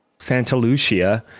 Santalucia